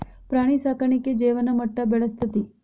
ಪ್ರಾಣಿ ಸಾಕಾಣಿಕೆ ಜೇವನ ಮಟ್ಟಾ ಬೆಳಸ್ತತಿ